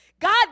God